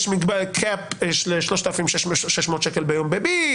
יש מגבלה של 3,600 שקל ביום בביט,